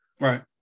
Right